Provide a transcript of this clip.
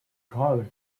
gully